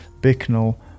Bicknell